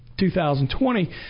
2020